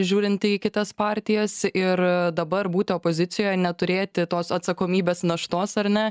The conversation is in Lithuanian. žiūrint į kitas partijas ir dabar būti opozicijoj neturėti tos atsakomybės naštos ar ne